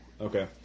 Okay